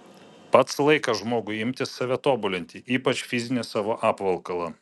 pats laikas žmogui imtis save tobulinti ypač fizinį savo apvalkalą